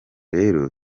rero